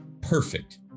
perfect